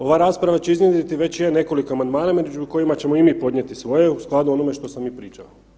Ova rasprava će iznjedriti, već je, nekoliko amandmana među kojima ćemo i mi podnijeti svoje u skladu onome što smo mi pričali.